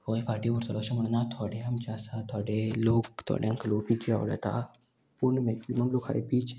खंय फाटीं उरतलो अशें म्हणना थोडे आमचे आसा थोडे लोक थोड्यांक लोक पिची आवडता पूण मॅक्सिमम लोक हाय पीच